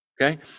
okay